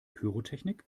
pyrotechnik